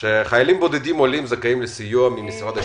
שחיילים בודדים עולים זכאים לסיוע ממשרד השיכון.